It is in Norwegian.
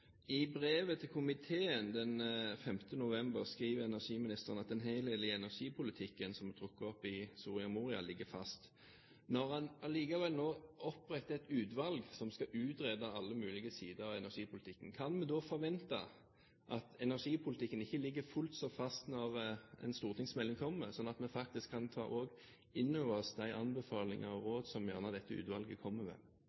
I brevet til komiteen den 5. november skriver energiministeren at den helhetlige energipolitikken som er trukket opp i Soria Moria, ligger fast. Når han allikevel nå oppretter et utvalg som skal utrede alle mulige sider ved energipolitikken, kan vi da forvente at energipolitikken ikke ligger fullt så fast når en stortingsmelding kommer, sånn at vi kan ta inn over oss de anbefalinger og råd som dette utvalget gjerne kommer med?